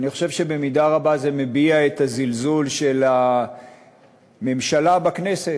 אני חושב שבמידה רבה זה מביע את הזלזול של הממשלה בכנסת